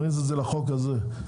טוב,